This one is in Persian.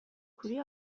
کوری